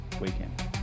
weekend